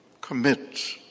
commit